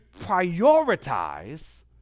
prioritize